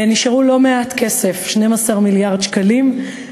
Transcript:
נשאר לא מעט כסף, 12 מיליארד שקלים.